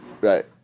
right